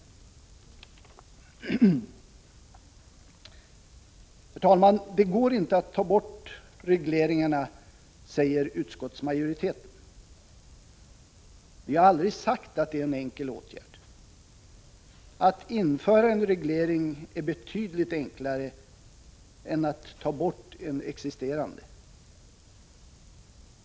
Herr talman! Det går inte att ta bort regleringarna, säger utskottsmajoriteten. Vi har aldrig sagt att det är en enkel åtgärd. Att införa en reglering är betydligt enklare än att ta bort en existerande.